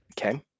Okay